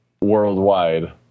worldwide